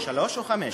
שלוש או חמש?